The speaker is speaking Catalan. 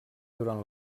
durant